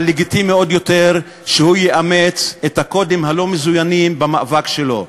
אבל לגיטימי עוד יותר שהוא יאמץ את הקודים הלא-מזוינים במאבק שלו.